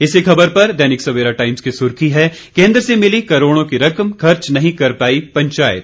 इसी खबर पर दैनिक सवेरा टाइम्स की सुर्खी है केंद्र से मिली करोड़ों की रकम खर्च नहीं कर पाई पंचायत